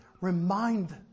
remind